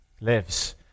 lives